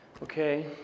Okay